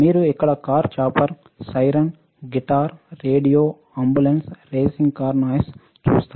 మీరు ఇక్కడ car chopper siren guitar radio ambulance racing car noise చూస్తారు